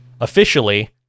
Officially